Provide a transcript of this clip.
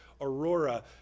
Aurora